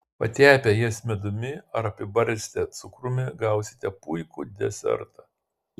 patepę jas medumi ar apibarstę cukrumi gausite puikų desertą